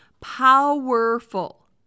Powerful